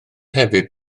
hefyd